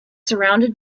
surrounded